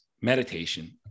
Meditation